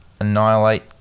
annihilate